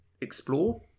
explore